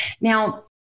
Now